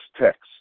text